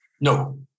No